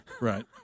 Right